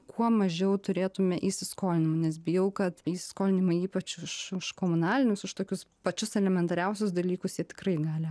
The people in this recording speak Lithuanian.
kuo mažiau turėtume įsiskolinimų nes bijau kad įsiskolinimai ypač už už komunalinius už tokius pačius elementariausius dalykus jie tikrai gali